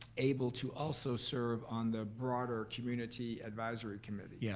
able to also serve on the broader community advisory committee? yeah